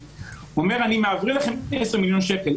אומר: אני מעביר לכם 10 מיליון שקל,